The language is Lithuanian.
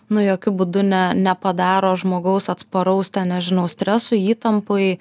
nu jokiu būdu ne nepadaro žmogaus atsparaus nežinau stresui įtampai